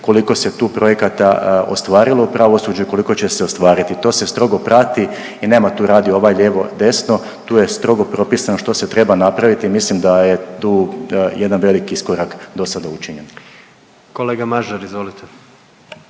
koliko se tu projekata ostvarilo u pravosuđu i koliko će se ostvariti. To se strogo prati i nema tu radi ovaj lijevo desno tu je strogo propisano što se treba napraviti, mislim da je tu veliki jedan iskorak do sada učinjen. **Jandroković,